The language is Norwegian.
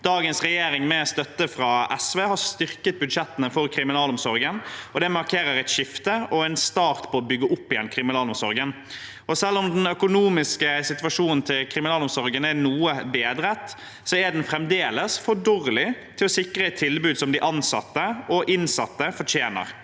Dagens regjering, med støtte fra SV, har styrket kriminalomsorgens budsjetter. Det markerer et skifte og en start på å bygge opp igjen kriminalomsorgen. Selv om den økonomiske situasjonen i kriminalomsorgen er noe bedret, er den fremdeles for dårlig til å sikre et tilbud som de ansatte og innsatte fortjener.